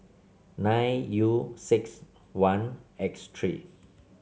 nine U six one X three